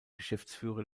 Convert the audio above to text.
geschäftsführer